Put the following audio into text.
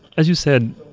as you said,